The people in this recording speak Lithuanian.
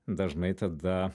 dažnai tada